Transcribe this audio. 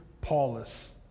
Paulus